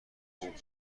خوب